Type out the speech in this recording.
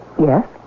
yes